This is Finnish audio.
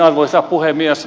arvoisa puhemies